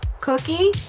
cookie